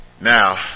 Now